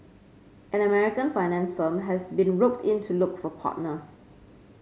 an American finance firm has been roped in to look for partners